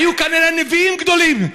למרבה הפלא היו כנראה נביאים גדולים.